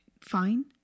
fine